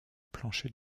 plancher